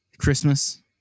Christmas